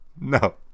no